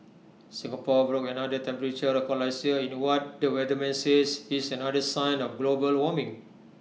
Singapore broke another temperature record last year in what the weatherman says is another sign of global warming